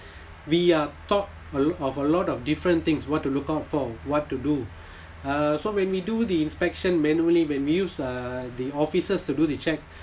we are taught a lot of a lot of different things what to look out for what to do uh so when we do the inspection manually when we use uh the officers to do the check